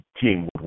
team